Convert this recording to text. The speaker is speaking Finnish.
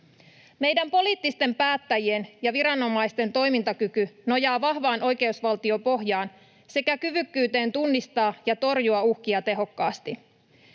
Meidän poliittisten päättäjien ja viranomaisten toimintakyky nojaa vahvaan oikeusvaltiopohjaan sekä kyvykkyyteen tunnistaa ja torjua uhkia tehokkaasti.